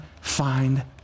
find